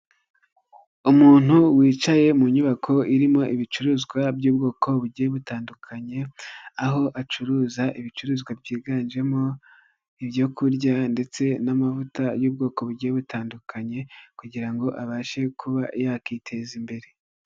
Umuntu wicaye mu nyubako irimo ibicuruzwa by'ubwoko bugiye butandukanye, aho acuruza ibicuruzwa byiganjemo ibyo kurya ndetse n'amavuta y'ubwoko bugiye butandukanye kugira ngo abashe kuba yakiteza imbere.